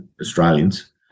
Australians